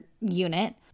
unit